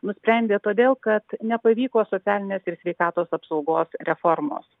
nusprendė todėl kad nepavyko socialinės ir sveikatos apsaugos reformos